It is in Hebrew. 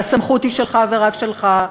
והסמכות היא שלך ורק שלך,